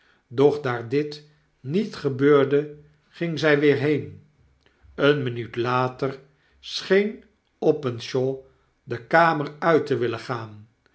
doch daar dit niet gebeurde ging zij weer heen eene minuut later scheen openshaw de kamer uit te willen gaan